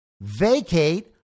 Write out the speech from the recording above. Vacate